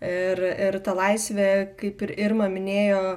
ir ir ta laisvė kaip ir irma minėjo